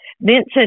Vincent